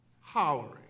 hollering